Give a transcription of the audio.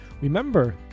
Remember